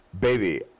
baby